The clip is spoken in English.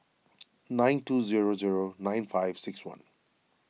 nine two zero zero nine five six one